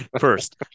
first